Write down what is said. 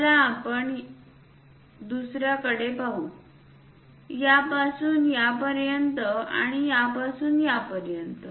चला आपण दुसऱ्याकडे पाहू या पासून या पर्यंत आणि यापासून या पर्यंत